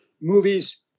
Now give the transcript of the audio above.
movies